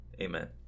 Amen